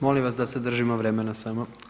Molim vas da se držimo vremena samo.